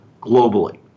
globally